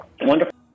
Wonderful